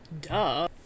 duh